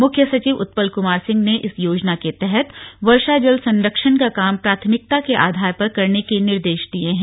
मुख्य सचिव उत्पल क्मार सिंह ने इस योजना के तहत वर्षा जल संरक्षण का काम प्राथमिकता के आधार पर करने के निर्देश दिए हैं